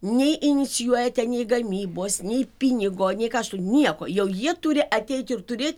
nei inicijuojate nei gamybos nei pinigo nei kaštų nieko jau jie turi ateiti ir turėt